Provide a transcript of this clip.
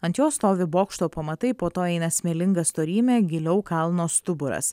ant jo stovi bokšto pamatai po to eina smėlinga storymė giliau kalno stuburas